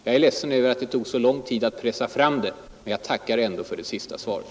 Jag är ledsen över att det tog så lång tid att pressa fram det, men jag tackar ändå för det sista svaret.